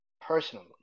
personally